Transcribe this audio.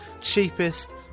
cheapest